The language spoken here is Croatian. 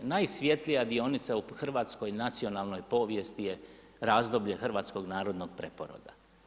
Najsvjetlija dionica u hrvatskoj nacionalnoj povijesti je razdoblje Hrvatskog narodnog preporoda.